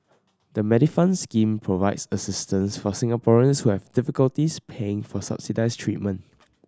the Medifund scheme provides assistance for Singaporeans who have difficulties paying for subsidized treatment